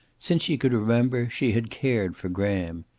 since she could remember she had cared for graham.